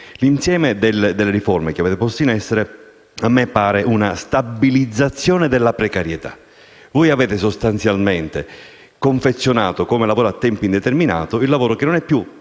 L'insieme delle riforme che avete posto in essere a me pare una stabilizzazione della precarietà: voi avete sostanzialmente confezionato come lavoro a tempo indeterminato un lavoro che non è più